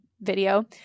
video